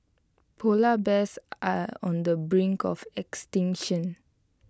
Polar Bears are on the brink of extinction